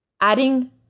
Adding